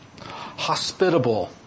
hospitable